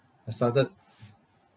I started